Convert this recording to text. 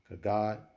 God